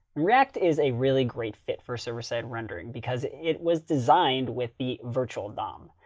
react is a really great fit for server side rendering because it it was designed with the virtual dom.